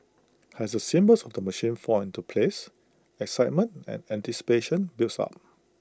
as the symbols of the machine fall into place excitement and anticipation builds up